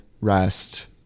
rest